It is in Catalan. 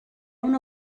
una